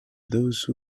those